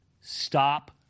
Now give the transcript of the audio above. Stop